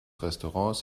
restaurants